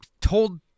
told